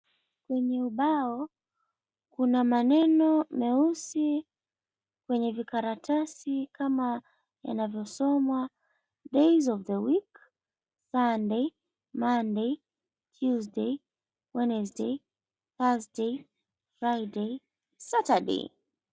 Kwenye ubao kuna maneno meusi kwenye vikaratasi kama yanavyosomwa, Days Of The Week: Monday, Tuesday, Wednesday, Thursday, Friday, Saturday.